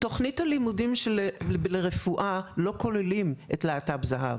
תוכנית הלימודים לרפואה לא כוללים להט"ב זהב.